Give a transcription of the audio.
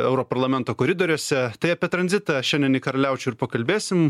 europarlamento koridoriuose tai apie tranzitą šiandien į karaliaučių ir pakalbėsim